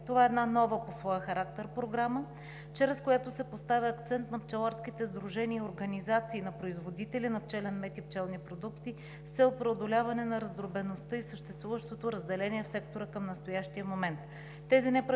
Това е една нова по своя характер програма, чрез която се поставя акцент на пчеларските сдружения и организации на производители на пчелен мед и пчелни продукти с цел преодоляване на раздробеността и съществуващото разделение в сектора към настоящия момент.